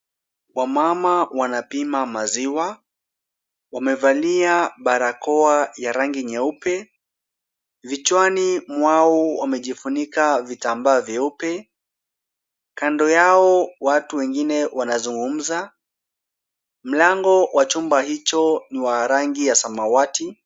Wamama wanapima maziwa, wamevalia barakoa ya rangi nyeupe, vichwani mwao wamejifunika vitambaa vyeupe ,kando yao watu wengine wanazungumza. Mlango wa chumba hicho ni wa rangi ya Samawati.